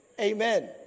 Amen